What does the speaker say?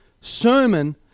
sermon